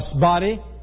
body